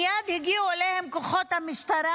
מייד הגיעו אליהם כוחות משטרה.